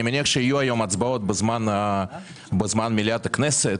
אני מניח שיהיו היום הצבעות בזמן מליאת הכנסת.